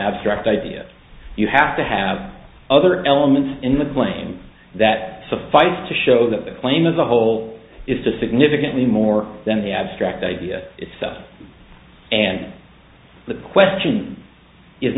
abstract idea you have to have other elements in the claim that suffices to show that the claim as a whole is to significantly more than the abstract idea itself and the question is